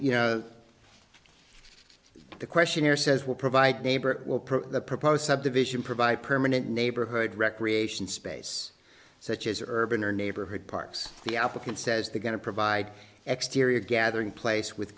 know the question here says will provide neighbor the proposed subdivision provide permanent neighborhood recreation space such as urban or neighborhood parks the applicant says they're going to provide exterior gathering place with